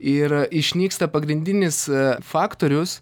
ir išnyksta pagrindinis faktorius